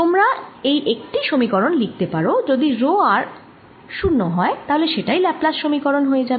তোমরা এই একটি সমীকরণ লিখতে পারো যদি রো r 0 হয় তাহলে সেটাই ল্যাপ্লাস সমীকরণ হয়ে যাবে